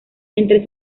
entre